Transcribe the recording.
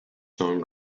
song